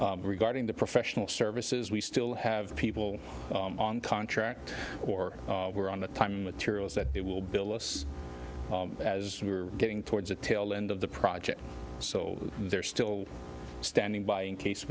regarding the professional services we still have people on contract or we're on the time materials that they will bill us as we were getting towards the tail end of the project so they're still standing by in case